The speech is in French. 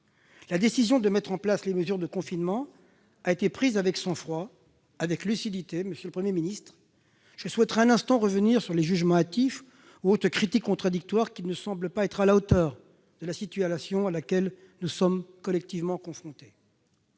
La décision de mettre en place des mesures de confinement a été prise avec sang-froid et lucidité. Monsieur le Premier ministre, je souhaiterais un instant revenir sur les jugements hâtifs ou autres critiques contradictoires, qui ne me semblent pas être à la hauteur de la situation à laquelle nous sommes collectivement confrontés.